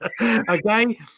Okay